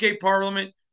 Parliament